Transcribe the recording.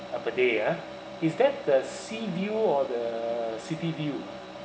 uh per day uh is that the sea view or the city view